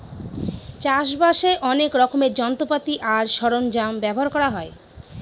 চাষ বাসে অনেক রকমের যন্ত্রপাতি আর সরঞ্জাম ব্যবহার করা হয়